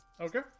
Okay